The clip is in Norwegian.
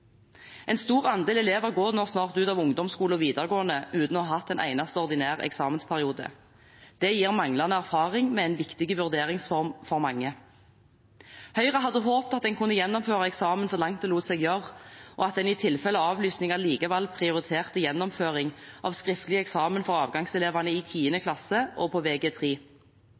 en eksamen. En stor andel elever går nå snart ut av ungdomsskole og videregående uten å ha hatt en eneste ordinær eksamensperiode. Det gir manglende erfaring med en viktig vurderingsform for mange. Høyre hadde håpet at en kunne gjennomføre eksamen så langt det lot seg gjøre, og at en i tilfelle avlysninger likevel prioriterte gjennomføring av skriftlig eksamen for avgangselevene i 10. klasse og på